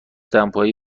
دمپایی